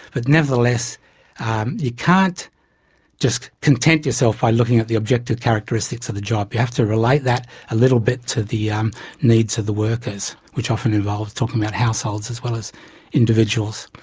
but nevertheless you can't just content yourself by looking at the objective characteristics of the job, you have to relate that a little bit to the um needs of the workers, which often involves talking about households as well as individuals.